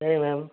சரி மேம்